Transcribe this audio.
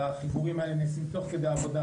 שהחיבורים נעשים תוך כדי עבודה,